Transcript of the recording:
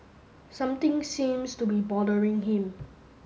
something seems to be bothering him